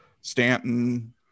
Stanton